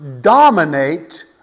dominate